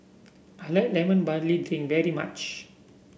I like Lemon Barley Drink very much